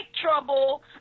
trouble